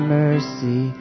mercy